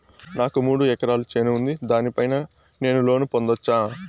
నాకు మూడు ఎకరాలు చేను ఉంది, దాని పైన నేను లోను పొందొచ్చా?